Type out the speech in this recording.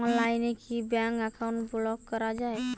অনলাইনে কি bank account block করা য়ায়?